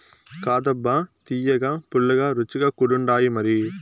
కాదబ్బా తియ్యగా, పుల్లగా, రుచిగా కూడుండాయిమరి